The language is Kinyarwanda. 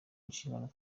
inshingano